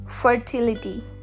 fertility